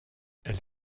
elle